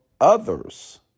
others